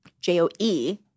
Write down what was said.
J-O-E